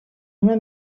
una